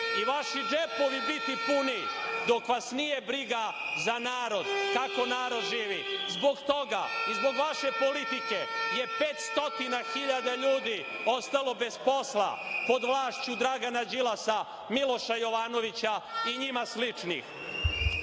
i vaši džepovi biti puniji, dok vas nije briga za narod, kako narod živi. Zbog toga i zbog vaše politike je 500.000 ljudi ostalo bez posla pod vlašću Dragana Đilasa, Miloša Jovanovića i njima